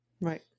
Right